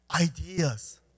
ideas